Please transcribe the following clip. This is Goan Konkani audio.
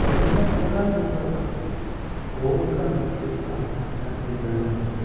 जमनींतलें पुराय उदक ओडून काडपाची तांक ह्या ट्यूब वॅलांत आसता